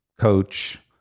coach